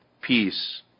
peace